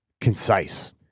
concise